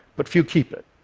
but few keep it.